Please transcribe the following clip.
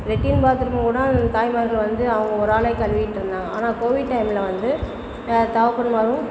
லெட்டின் பாத்ரூமை கூட தாய்மார்கள் வந்து அவங்க ஒரு ஆளே கழுவிட்டு இருந்தாங்க ஆனா கோவிட் டைம்மில் வந்து